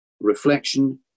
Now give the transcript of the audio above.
reflection